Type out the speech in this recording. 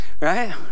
right